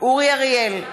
אורי אריאל,